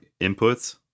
inputs